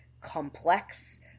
complex